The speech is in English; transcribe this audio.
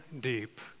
Deep